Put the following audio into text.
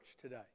today